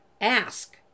Ask